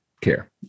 care